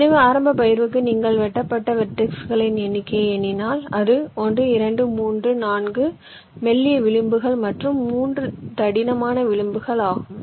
எனவே ஆரம்ப பகிர்வுக்கு நீங்கள் வெட்டப்பட்ட வெர்ட்டிஸ்களின் எண்ணிக்கையை எண்ணினால் அது 1 2 3 4 மெல்லிய விளிம்புகள் மற்றும் 3 தடிமனான விளிம்புகள்ஆகும்